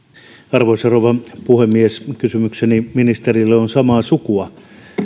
arvoisa rouva puhemies kysymykseni ministerille on samaa sukua